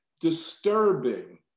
disturbing